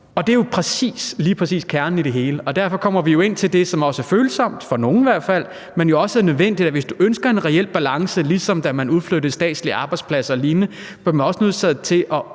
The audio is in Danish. Og det er jo lige præcis kernen i det hele. Og derfor kommer vi jo ind til det, som også er følsomt – for nogle i hvert fald – men som jo også er nødvendigt. For hvis man ønsker en reel balance, ligesom da man udflyttede statslige arbejdspladser og lignende, er man også nødt til i